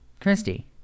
christy